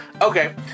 Okay